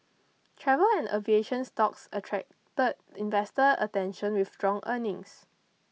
travel and aviation stocks attracted investor attention with strong earnings